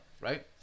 right